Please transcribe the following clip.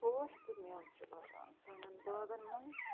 پوش تہٕ میوٕ چھُ آسان سانٮ۪ن باغَن منٛز